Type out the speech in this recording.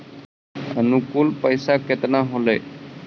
अनुकुल पैसा केतना होलय